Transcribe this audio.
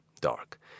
dark